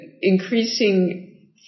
increasing